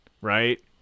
Right